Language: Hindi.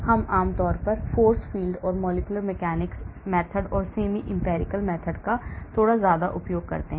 हम आम तौर force field or molecular mechanics method और semi empirical method का थोड़ा उपयोग करते हैं